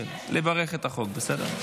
לברך על החוק.